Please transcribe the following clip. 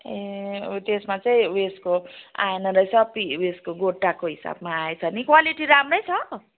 ए ऊ त्यसमा चाहिँ ऊ यसको आएन रहेछ पि यसको गोटाको हिसाबमा आएछ नि क्वालिटी राम्रै छ